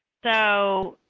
so,